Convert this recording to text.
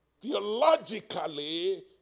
Theologically